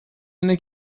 اینه